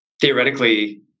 Theoretically